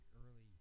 early